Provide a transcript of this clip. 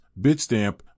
Bitstamp